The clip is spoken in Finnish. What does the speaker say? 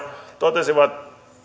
totesivat